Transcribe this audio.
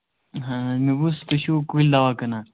ہَے مےٚ بوٗز تُہۍ چھُو کُلۍ دوا کٕنان